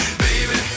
baby